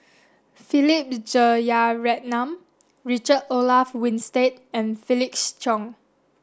Philip Jeyaretnam Richard Olaf Winstedt and Felix Cheong